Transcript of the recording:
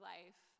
Life